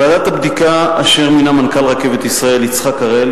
ועדת הבדיקה אשר מינה מנכ"ל "רכבת ישראל" יצחק הראל,